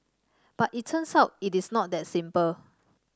but it turns out it is not that simple